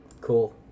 Cool